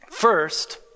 First